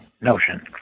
notion